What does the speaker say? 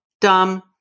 dumb